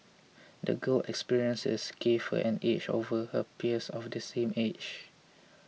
the girl experiences gave her an edge over her peers of the same age